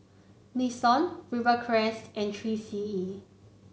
Nixon Rivercrest and Three C E